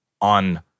on